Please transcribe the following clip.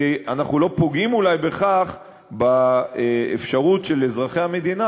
ואנחנו לא פוגעים אולי בכך באפשרות של אזרחי המדינה